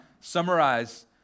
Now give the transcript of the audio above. summarize